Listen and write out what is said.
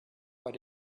what